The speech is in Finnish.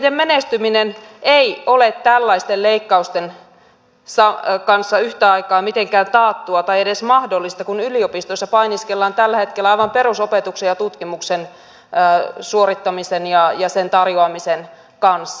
huippuyksikköjen menestyminen ei ole tällaisten leikkausten kanssa yhtä aikaa mitenkään taattua tai edes mahdollista kun yliopistoissa painiskellaan tällä hetkellä aivan perusopetuksen ja tutkimuksen suorittamisen ja sen tarjoamisen kanssa